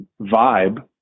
vibe